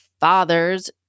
fathers